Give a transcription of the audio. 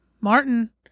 Martin